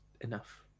enough